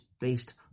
based